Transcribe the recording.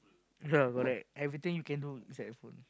yea correct everything you can do inside a phone